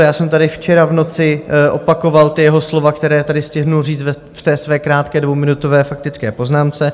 Já jsem tady včera v noci opakoval jeho slova, která tady stihl říct v své krátké, dvouminutové faktické poznámce.